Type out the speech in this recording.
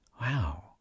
wow